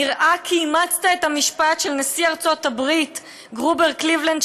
נראה כי אימצת את המשפט של נשיא ארצות הברית גרובר קליבלנד,